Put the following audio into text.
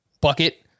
bucket